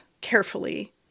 carefully